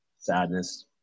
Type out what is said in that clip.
sadness